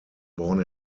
born